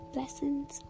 Blessings